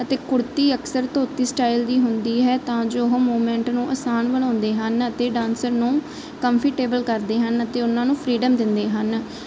ਅਤੇ ਕੁੜਤੀ ਅਕਸਰ ਧੋਤੀ ਸਟਾਈਲ ਦੀ ਹੁੰਦੀ ਹੈ ਤਾਂ ਜੋ ਉਹ ਮੂਮੈਂਟ ਨੂੰ ਆਸਾਨ ਬਣਾਉਂਦੇ ਹਨ ਅਤੇ ਡਾਂਸਰ ਨੂੰ ਕੰਫਰਟੇਬਲ ਕਰਦੇ ਹਨ ਅਤੇ ਉਹਨਾਂ ਨੂੰ ਫਰੀਡਮ ਦਿੰਦੇ ਹਨ